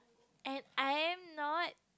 and I am not